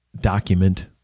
document